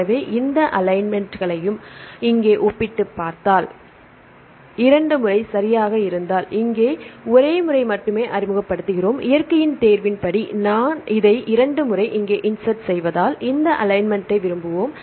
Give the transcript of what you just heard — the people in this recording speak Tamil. எனவே இந்த 2 அலைன்மென்ட்களையும் இங்கே ஒப்பிட்டுப் பார்த்தால் இரண்டு முறை சரியாக இருந்தால் இங்கே ஒரு முறை மட்டுமே அறிமுகப்படுத்துகிறோம் இயற்கையின் தேர்வின் படி நாம் இதை 2 முறை இங்கே இன்ஸெர்ட் செய்வதால் இந்த அலைன்மென்ட்டை விரும்புவோம்